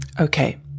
Okay